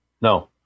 no